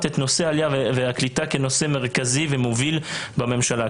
את נושא העלייה והקליטה כנושא מרכזי ומוביל בממשלה.